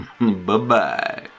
Bye-bye